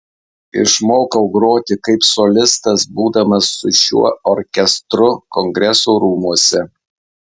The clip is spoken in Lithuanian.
išmokau groti kaip solistas būdamas su šiuo orkestru kongresų rūmuose